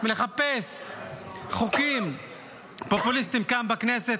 מלחפש חוקים פופוליסטיים כאן בכנסת?